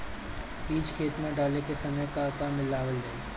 बीज खेत मे डाले के सामय का का मिलावल जाई?